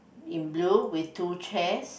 in blue with two chairs